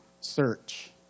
search